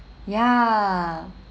ya